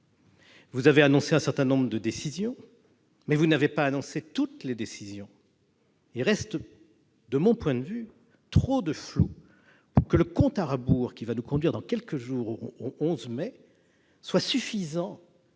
Vous avez annoncé un certain nombre de décisions, mais pas toutes les décisions. Il reste de mon point de vue trop de flou pour que le compte à rebours qui va nous conduire dans quelques jours au 11 mai soit suffisant